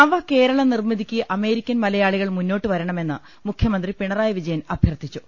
നവകേരള നിർമ്മിതിക്ക് അമേരിക്കൻ മലയാളികൾ മുന്നോ ട്ടുവരണമെന്ന് മുഖ്യമന്ത്രി പിണറായി വിജയൻ അഭ്യർത്ഥിച്ചു